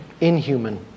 inhuman